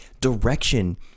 direction